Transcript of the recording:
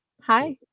Hi